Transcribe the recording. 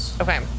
okay